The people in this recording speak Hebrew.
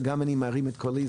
וגם אם אני מרים את קולי,